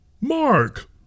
Mark